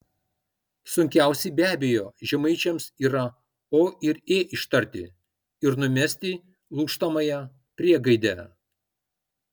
sunkiausi be abejo žemaičiams yra o ir ė ištarti ir numesti lūžtamąją priegaidę